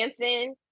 dancing